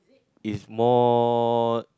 is more